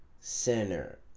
center